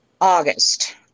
August